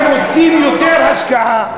אם אתם רוצים יותר השקעה,